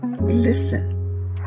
listen